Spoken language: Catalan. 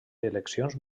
eleccions